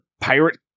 Pirate